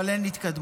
אבל אין התקדמות.